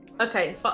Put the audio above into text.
Okay